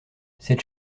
cette